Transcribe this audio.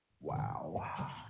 Wow